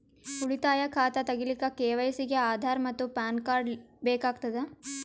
ಉಳಿತಾಯ ಖಾತಾ ತಗಿಲಿಕ್ಕ ಕೆ.ವೈ.ಸಿ ಗೆ ಆಧಾರ್ ಮತ್ತು ಪ್ಯಾನ್ ಕಾರ್ಡ್ ಬೇಕಾಗತದ